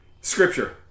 Scripture